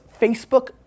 Facebook